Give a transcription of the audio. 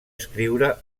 escriure